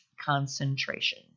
concentration